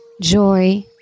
joy